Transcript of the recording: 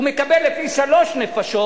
הוא מקבל לפי שלוש נפשות.